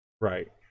Right